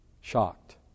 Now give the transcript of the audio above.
shocked